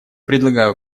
предлагаю